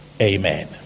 Amen